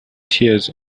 tears